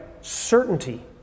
certainty